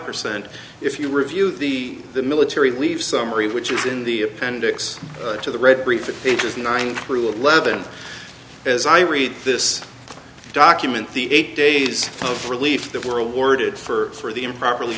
percent if you review the the military leave summary which is in the appendix to the read briefing pages nine through eleven as i read this document the eight days of relief that were awarded for the improperly